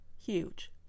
Huge